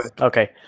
Okay